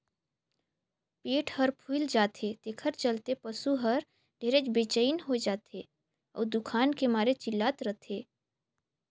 पेट हर फूइल जाथे तेखर चलते पसू हर ढेरे बेचइन हो जाथे अउ दुखान के मारे चिल्लात रथे